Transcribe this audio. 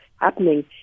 happening